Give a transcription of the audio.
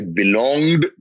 belonged